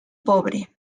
pobre